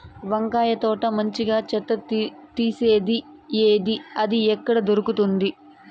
వంకాయ తోట మంచిగా చెత్త తీసేది ఏది? అది ఎక్కడ దొరుకుతుంది?